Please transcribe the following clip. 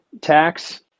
tax